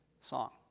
song